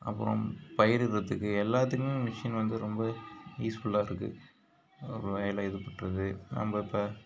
அப்றம் பயிரிடறதுக்கு எல்லாத்துக்குமே மிஷின் வந்து ரொம்ப யூஸ்ஃபுல்லாக இருக்குது ஒரு வயலில் இதுபற்றது நம்ம இப்போ